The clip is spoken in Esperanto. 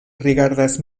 rigardas